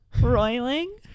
Roiling